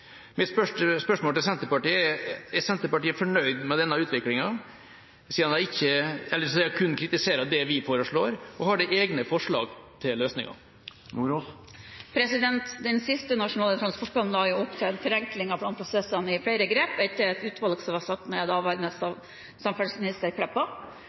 Mitt spørsmål til Senterpartiet er: Er Senterpartiet fornøyd med denne utviklingen siden de kun kritiserer det vi foreslår, og har de egne forslag til løsninger? Den siste nasjonale transportplanen la jo opp til en forenkling av planprosessene gjennom flere grep, etter et utvalg som ble satt ned av daværende samferdselsminister Meltveit Kleppa. Det var stor enighet om at det var